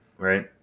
Right